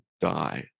die